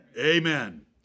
Amen